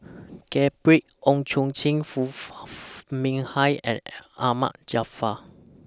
Gabriel Oon Chong Jin Foo Mee Har and Ahmad Jaafar